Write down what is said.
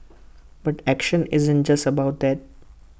but action isn't just about that